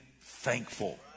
thankful